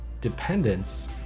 dependence